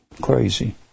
crazy